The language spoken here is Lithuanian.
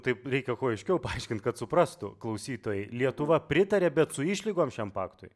taip reikia kuo aiškiau paaiškint kad suprastų klausytojai lietuva pritaria bet su išlygom šiam paktui